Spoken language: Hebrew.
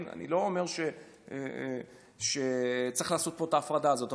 אני לא אומר שצריך לעשות את ההפרדה הזאת.